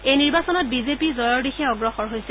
এই নিৰ্বাচনত বিজেপি জয়ৰ দিশে অগ্ৰসৰ হৈছে